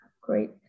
great